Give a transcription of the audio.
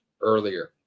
earlier